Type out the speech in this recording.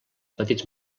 petits